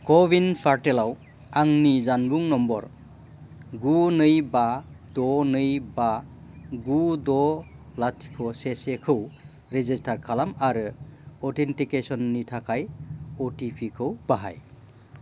क' विन पर्टेलाव आंनि जानबुं नम्बर गु नै बा द' नै बा गु द' लाथिख' से सेखौ रेजिस्टार खालाम आरो अथेन्टिकेसननि थाखाय अ टि पि खौ बाहाय